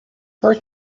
por